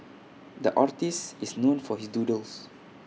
the artist is known for his doodles